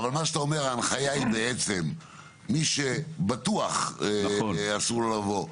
אבל ההנחיה היא שמי שבטוח אסור לו לבוא,